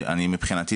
מבחינתי,